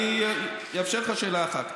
אני אאפשר לך שאלה אחת.